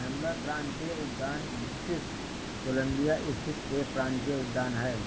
हैम्बर प्रांतीय उद्यान British Columbia स्थित एक प्रांतीय उद्यान है